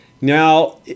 Now